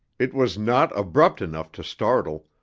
it was not abrupt enough to startle,